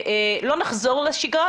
שלא נחזור לשגרה,